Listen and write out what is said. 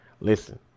Listen